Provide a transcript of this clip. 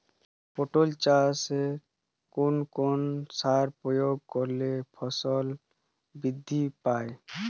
পটল চাষে কোন কোন সার প্রয়োগ করলে ফলন বৃদ্ধি পায়?